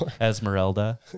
Esmeralda